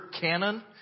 canon